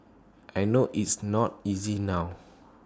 I know it's not easy now